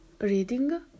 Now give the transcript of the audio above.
reading